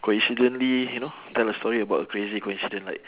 coincidentally you know tell a story about a crazy coincidence like